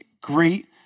great